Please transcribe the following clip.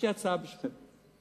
יש לי הצעה בשבילכם.